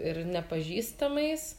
ir nepažįstamais